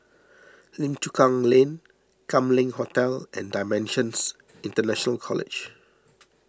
Lim Chu Kang Lane Kam Leng Hotel and Dimensions International College